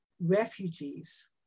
refugees